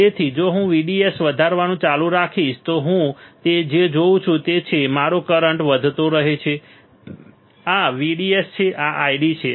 તેથી જો હું VDS વધારવાનું ચાલુ રાખું તો હું જે જોઉં છું તે એ છે કે મારો કરંટ વધતો રહે છે આ VDS છે આ ID છે